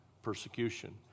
persecution